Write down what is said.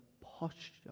posture